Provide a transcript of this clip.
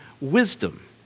wisdom